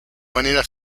manera